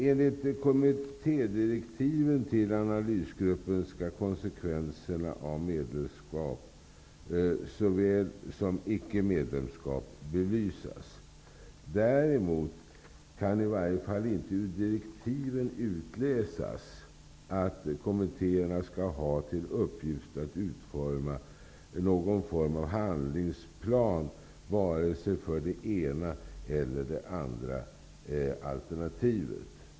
Enligt kommittédirektiven till analysgruppen skall konsekvenserna av medlemskap såväl som av ickemedlemskap belysas. Däremot kan i varje fall inte ur direktiven utläsas att kommittéerna skall ha till uppgift att utforma något slags handlingsplan för vare sig det ena eller det andra alternativet.